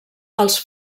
els